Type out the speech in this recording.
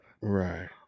Right